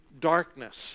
darkness